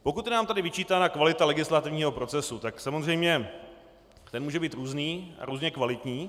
Pokud je nám tady vyčítána kvalita legislativního procesu, tak samozřejmě ten může být různý a různě kvalitní.